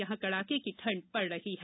यहां कड़ाके की ठंड पड़ रही है